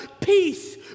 peace